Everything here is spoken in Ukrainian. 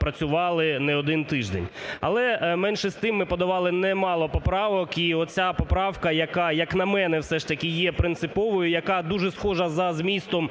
працювали не один тиждень. Але, менше з тим, ми подавали немало поправок, і оця поправка, яка як на мене, все ж таки є принциповою, яка дуже схожа за змістом